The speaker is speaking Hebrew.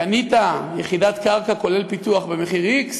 קנית יחידת קרקע כולל פיתוח במחיר x?